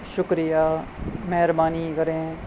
شکریہ مہربانی کریں